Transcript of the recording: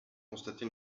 constaté